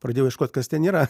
pradėjau ieškot kas ten yra